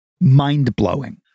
mind-blowing